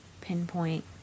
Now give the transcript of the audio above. pinpoint